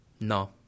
No